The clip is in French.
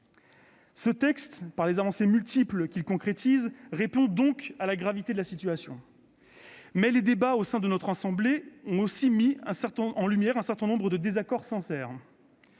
Ce texte, par les avancées multiples qu'il concrétise, répond donc à la gravité de la situation, mais les débats au sein de notre assemblée ont aussi mis en lumière un certain nombre de désaccords sincères.